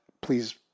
please